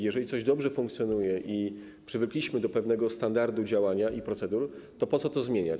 Jeżeli coś dobrze funkcjonuje i przywykliśmy do pewnego standardu działania i procedur, to po co to zmieniać?